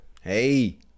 hey